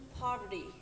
poverty